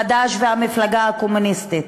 חד"ש והמפלגה הקומוניסטית,